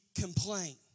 complain